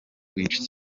bwinshi